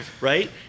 right